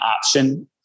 option